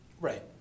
Right